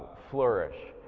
flourish,